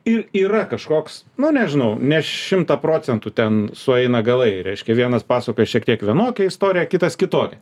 ir yra kažkoks na nežinau ne šimtą procentų ten sueina galai reiškia vienas pasuka šiek tiek vienokią istoriją kitas kitokią